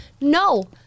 No